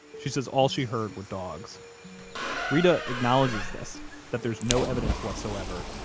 she says all she heard were dogs reta acknowledges this that there's no evidence whatsoever.